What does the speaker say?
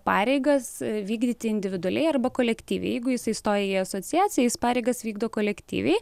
pareigas vykdyti individualiai arba kolektyviai jeigu jisai stoja į asociaciją jis pareigas vykdo kolektyviai